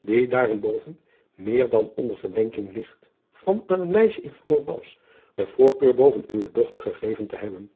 die daarenboven meer dan onder verdenking ligt van aan een meisje in lorence de voorkeur boven uwe dochter gegeven te hebben